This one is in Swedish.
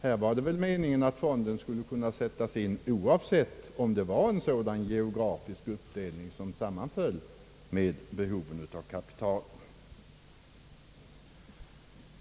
Här var det väl meningen att fonden skulle kunna sättas in oavsett om det var en sådan geografisk uppdelning som sammanföll med behovet av kapital.